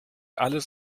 alles